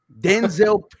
Denzel